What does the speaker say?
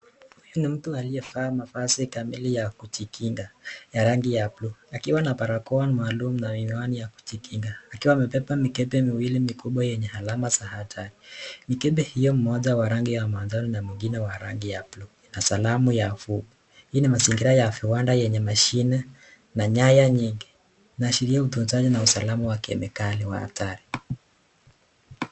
Kuna mtu aliyevaa mavazi kamili ya kujikinga ya rangi ya bluu akiwa na barakoa maalum na miwani ya kujikinga. Akiwa amebeba mikebe miwili mikubwa yenye alama ya hatari. Mikebe hiyo moja wa rangi ya manjano na mwingine ya bluu. Hii ni mazingira yenye viwanda yenye nyaya nyingi inaashiria utunzaji na usalama wa kemikali ya hatari.